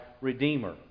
Redeemer